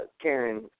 Karen